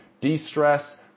de-stress